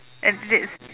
uh that's